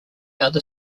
other